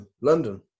London